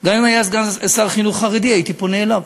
גם אם היה סגן שר חינוך חרדי, הייתי פונה אליו.